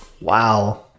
Wow